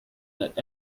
that